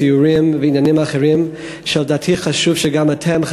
סיורים ועניינים אחרים שלדעתי חשוב שגם אתם,